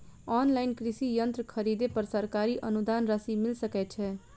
Online कृषि यंत्र खरीदे पर सरकारी अनुदान राशि मिल सकै छैय?